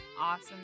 awesome